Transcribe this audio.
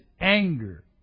anger